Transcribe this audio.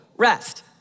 rest